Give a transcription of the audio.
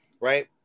right